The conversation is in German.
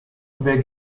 wer